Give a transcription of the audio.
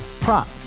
prop